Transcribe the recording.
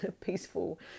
peaceful